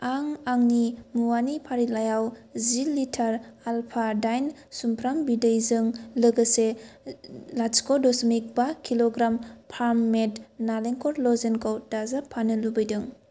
आं आंनि मुवानि फारिलाइयाव जि लिटार आल्फा दाइन सुमफ्राम बिदैजों लोगोसे लाथिख' दशमिक बा कि ग्रा फार्म मेड नालेंखर लजेनखौ दाजाबफानो लुबैदों